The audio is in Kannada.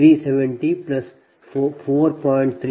370 4